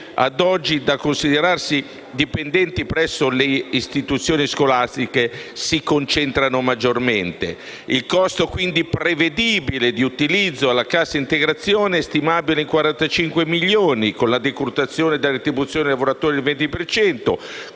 ad oggi da considerarsi dipendenti presso le istituzioni scolastiche, si concentrano maggiormente. Il costo, quindi, prevedibile di utilizzo alla cassa integrazione è stimabile in 45 milioni, con la decurtazione della retribuzione dei lavoratori del 20